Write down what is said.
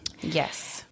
Yes